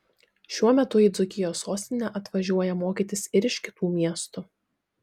šiuo metu į dzūkijos sostinę atvažiuoja mokytis ir iš kitų miestų